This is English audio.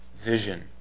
vision